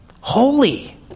holy